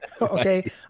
Okay